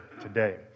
today